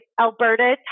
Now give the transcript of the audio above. Alberta